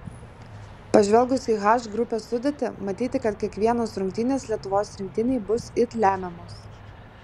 pažvelgus į h grupės sudėtį matyti kad kiekvienos rungtynės lietuvos rinktinei bus it lemiamos